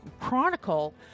Chronicle